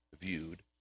viewed